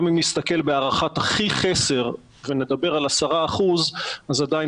גם אם נסתכל בהערכת הכי חסר ונדבר על 10% אז עדיין